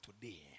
today